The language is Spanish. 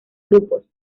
grupos